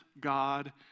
God